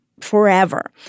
forever